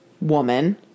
woman